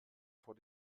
vor